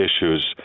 issues